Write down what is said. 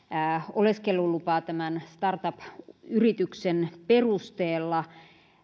oleskelulupaa startup yrityksen perusteella